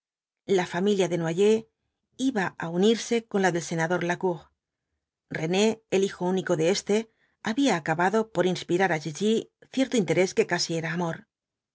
la familia desnoyers iba á unirse con la del senador lacour rene el hijo único de éste había acabado por inspirar á chichi cierto interés que casi era amor